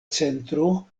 centro